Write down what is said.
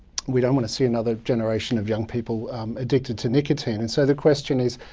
we don't want to see another generation of young people addicted to nicotine. and so the question is,